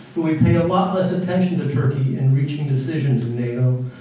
we pay a lot less attention to turkey in reaching decisions with nato.